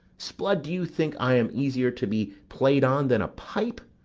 sblood, do you think i am easier to be played on than a pipe?